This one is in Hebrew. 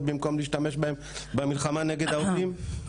במקום להשתמש בהם במלחמה נגד העובדים.